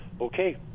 Okay